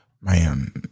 Man